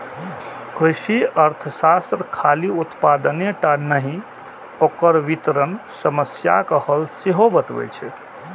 कृषि अर्थशास्त्र खाली उत्पादने टा नहि, ओकर वितरण समस्याक हल सेहो बतबै छै